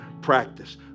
practice